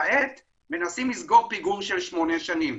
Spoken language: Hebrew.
כעת מנסים לסגור פיגור של שמונה שנים.